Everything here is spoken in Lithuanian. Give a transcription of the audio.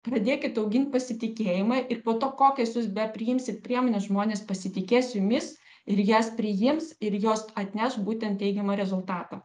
pradėkit augint pasitikėjimą ir po to kokias jūs be priimsit priemones žmonės pasitikės jumis ir jas priims ir jos atneš būtent teigiamo rezultato